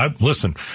Listen